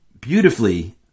beautifully